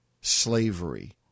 slavery